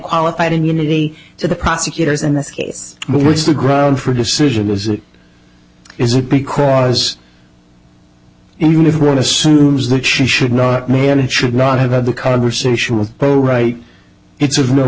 qualified immunity to the prosecutors in this case which is the ground for decision as it is it because even if one assumes that she should not manage should not have had the conversation with both right it's